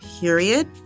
period